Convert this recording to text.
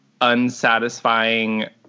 unsatisfying